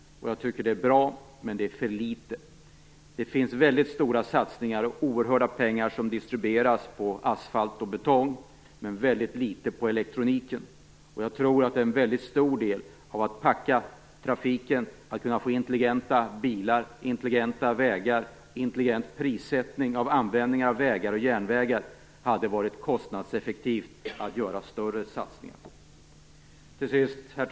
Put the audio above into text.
Jag tycker att det är bra, men det är för litet. Det görs väldigt stora satsningar, och oerhörda mängder pengar distribueras på asfalt och betong, men väldigt litet på elektroniken. Jag tror att det är en väldigt stor del av att "packa" trafiken, att kunna få intelligenta bilar, intelligenta vägar och intelligent prissättning av användning av vägar och järnvägar. Det hade varit konstnadseffektivt att göra större satsningar. Herr talman!